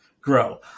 grow